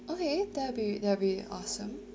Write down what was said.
okay that'll be that'll be awesome